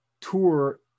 tour